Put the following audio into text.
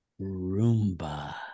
Roomba